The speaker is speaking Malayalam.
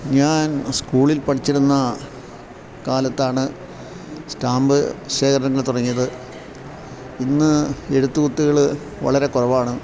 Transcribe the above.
ഞാൻ സ്കൂളിൽ പഠിച്ചിരുന്ന കാലത്താണ് സ്റ്റാമ്പ് ശേഖരങ്ങൾ തുടങ്ങിയത് ഇന്ന് എഴുത്തു കുത്തുകള് വളരെ കുറവാണ്